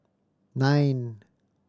nine